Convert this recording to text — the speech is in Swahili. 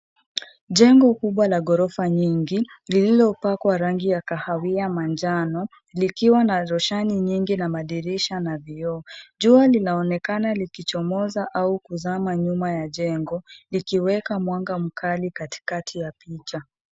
Jengo kubwa la ghorofa nyingi, lililopakwa rangi ya kahawia manjano likiwa na roshani nyingi na madirisha na vioo. Jua linaonekana likichomoza au kuzama nyuma ya jengo, likiweka mwanga mkali katikati ya picha.